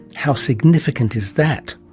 how significant is that?